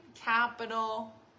capital